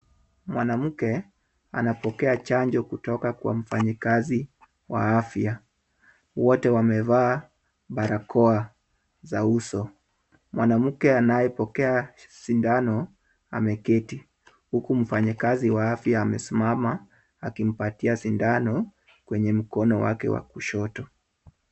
Mwanamke anapokea chanjo kutoka kwa mfanyikazi wa afya. Wote wamevaa barakoa za uso. Mwanamke anayepokea sindano ameketi huku mfanyikazi wa afya amesimama akimpatia sindano kwenye mkono wake wa kushoto.